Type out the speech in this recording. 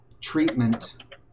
treatment